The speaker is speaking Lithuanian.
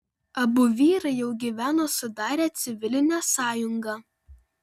abu vyrai jau gyveno sudarę civilinę sąjungą